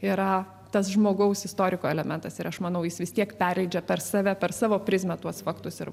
yra tas žmogaus istoriko elementas ir aš manau jis vis tiek perleidžia per save per savo prizmę tuos faktus ir